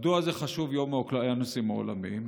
מדוע זה חשוב, יום האוקיאנוס העולמי?